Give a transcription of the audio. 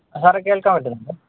സാറേ കേള്ക്കാൻ പറ്റുന്നുണ്ടോ